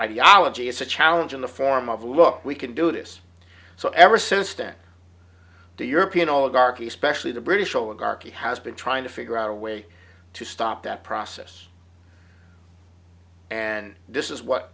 ideology it's a challenge in the form of look we can do this so ever since then the european all darkie especially the british oligarch has been trying to figure out a way to stop that process and this is what